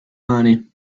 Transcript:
money